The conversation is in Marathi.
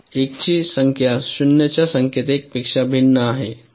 एकची संख्या शून्यंच्या संख्येत 1 पेक्षा भिन्न आहे